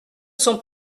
sont